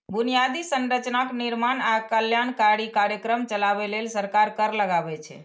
बुनियादी संरचनाक निर्माण आ कल्याणकारी कार्यक्रम चलाबै लेल सरकार कर लगाबै छै